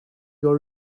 your